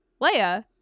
Leia